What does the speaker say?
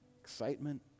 excitement